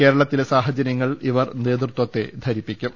കേരളത്തിലെ സാഹ ചര്യങ്ങൾ ഇവർ നേതൃത്വത്തെ ധരിപ്പിക്കും